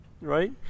right